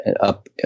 up